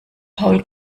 paul